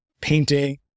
painting